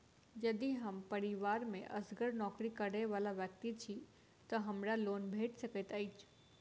यदि हम परिवार मे असगर नौकरी करै वला व्यक्ति छी तऽ हमरा लोन भेट सकैत अछि?